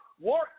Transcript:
work